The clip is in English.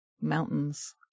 Mountains